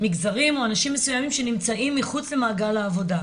מגזרים אות אנשים מסוימים שנמצאים מחוץ למעגל העבודה.